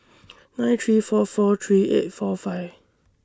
nine three four four three eight four five